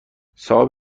صاحب